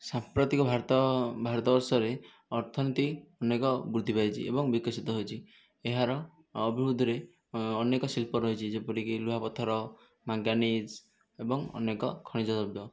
ସାମ୍ପ୍ରତିକ ଭାରତ ଭାରତ ବର୍ଷରେ ଅର୍ଥନୀତି ଅନେକ ବୃଦ୍ଧି ପାଇଛି ଏବଂ ବିକଶିତ ହୋଇଛି ଏହାର ଅଭିବୃଦ୍ଧିରେ ଅନେକ ଶିଳ୍ପ ରହିଛି ଯେପରିକି ଲୁହାପଥର ମାଙ୍ଗାନିଜ ଏବଂ ଅନେକ ଖଣିଜ ଦ୍ରବ୍ୟ